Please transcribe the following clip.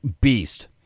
beast